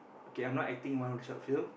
okay I'm not acting in one of the short film